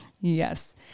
yes